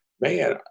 man